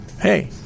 Hey